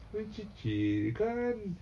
we chill chill kan